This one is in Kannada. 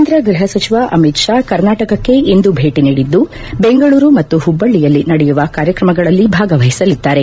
ಕೇಂದ ಗ್ನಹ ಸೆಚಿವ ಅಮಿತ್ ಷಾ ಕರ್ನಾಟಕಕ್ಕೆ ಇಂದು ಭೇಟಿ ನೀಡಿದ್ದು ಬೆಂಗಳೂರು ಮತ್ತು ಹುಬ್ಬಳ್ಪಿಯಲ್ಲಿ ನಡೆಯುವ ಕಾರ್ಯಕ್ರಮಗಳಲ್ಲಿ ಭಾಗವಹಿಸಲಿದ್ದಾರೆ